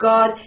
God